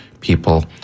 people